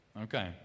Okay